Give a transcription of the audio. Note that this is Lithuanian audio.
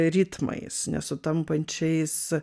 ritmais nesutampančiais